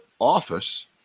office